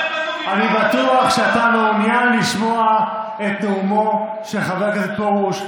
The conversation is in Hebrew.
אני בטוח שאתה מעוניין לשמוע את נאומו של חבר הכנסת פרוש.